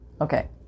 Okay